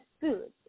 foods